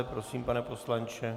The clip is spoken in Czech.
Prosím, pane poslanče.